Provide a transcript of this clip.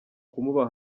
kumuba